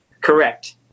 Correct